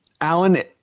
alan